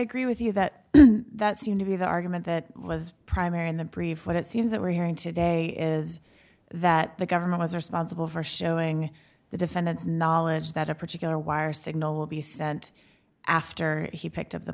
agree with you that that seemed to be the argument that was primary and then preferred it seems that we're hearing today is that the government was responsible for showing the defendant's knowledge that a particular wire signal would be sent after he picked up the